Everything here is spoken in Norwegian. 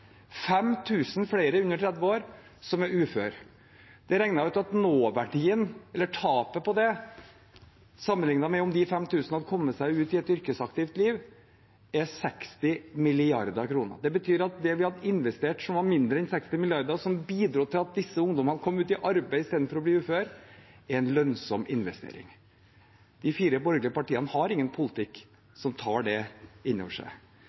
000 flere under 30 år som er uføre. Det er regnet ut at nåverdien eller tapet av det, sammenlignet med om de 5 000 hadde kommet seg ut i et yrkesaktivt liv, er 60 mrd. kr. Det betyr at det vi hadde investert som var mindre enn 60 mrd. kr, som bidro til at disse ungdommene kom ut i arbeid istedenfor å bli uføre, er en lønnsom investering. De fire borgerlige partiene har ingen politikk som tar det inn over seg.